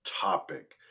topic